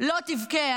לא תבכה.